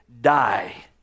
die